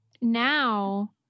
now